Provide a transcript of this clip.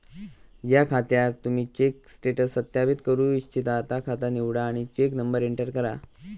ज्या खात्याक तुम्ही चेक स्टेटस सत्यापित करू इच्छिता ता खाता निवडा आणि चेक नंबर एंटर करा